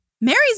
Mary's